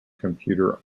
computer